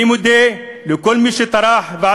אני לא שונא בני-אדם ולא מתנפל על אף אחד).